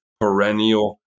perennial